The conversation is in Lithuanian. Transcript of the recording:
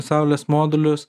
saulės modulius